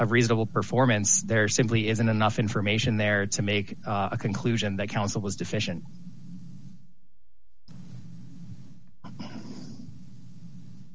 a reasonable performance there simply isn't enough information there to make a conclusion that council was deficient